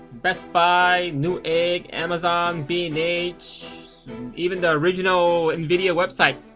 best buy newegg amazon b and h even the original nvidia website.